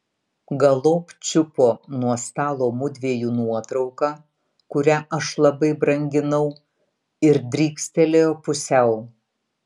galop čiupo nuo stalo mudviejų nuotrauką kurią aš labai branginau ir drykstelėjo pusiau